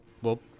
whoop